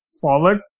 forward